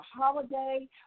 holiday